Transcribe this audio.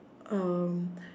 um